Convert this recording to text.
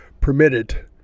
permitted